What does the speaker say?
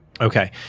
Okay